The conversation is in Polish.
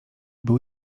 był